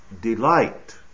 delight